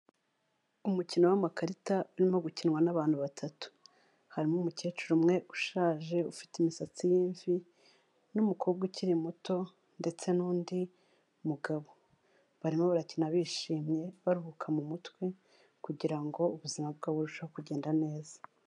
Umukino w'amakarita urimo gukinwa n'abantu batatu. Harimo umukecuru umwe ushaje ufite imisatsi y'imvi n'umukobwa ukiri muto ndetse n'undi mugabo. Barimo barakina bishimye, baruhuka mu mutwe kugira ngo ubuzima bwabo burusheho kugenda neza.